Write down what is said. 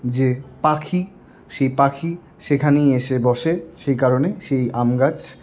যে পাখি সেই পাখি সেখানেই এসে বসে সেই কারণে সেই আম গাছ